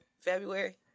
February